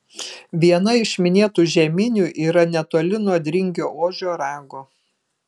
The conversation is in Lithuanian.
viena iš minėtų žeminių yra netoli nuo dringio ožio rago